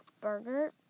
burger